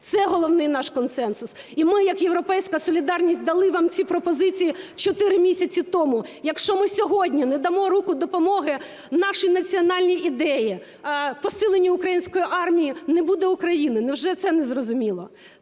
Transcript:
Це головний наш консенсус. І ми як "Європейська солідарність" дали вам ці пропозиції чотири місяці тому. Якщо ми сьогодні не дамо руку допомоги нашій національній ідеї, посиленню української армії, не буде України. Невже це незрозуміло!